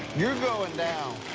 you're goin' down.